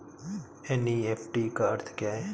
NEFT का अर्थ क्या है?